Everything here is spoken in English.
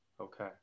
okay